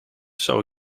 zou